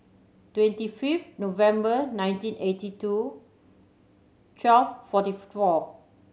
twenty fifth November nineteen eighty two twelve forty four